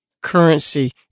currency